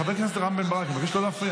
חבר הכנסת רם בן ברק, אני מבקש לא להפריע.